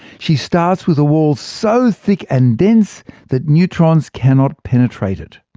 she starts with a wall so thick and dense that neutrons cannot penetrate it.